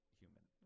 human